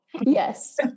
Yes